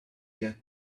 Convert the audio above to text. get